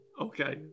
Okay